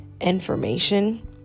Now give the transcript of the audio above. information